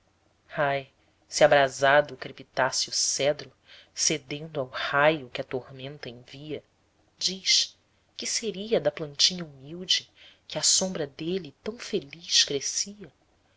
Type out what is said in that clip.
ai se abrasado crepitasse o cedro cedendo ao raio que a tormenta envia diz que seria da plantinha humilde que à sombra dele tão feliz crescia